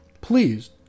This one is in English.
Please